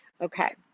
okay